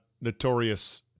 Notorious